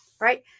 Right